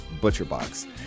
ButcherBox